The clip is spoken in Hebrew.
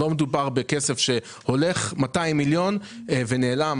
לא מדובר בכסף שהולך, 200 מיליון שקל, ונעלם.